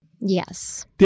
Yes